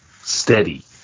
steady